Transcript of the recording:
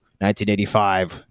1985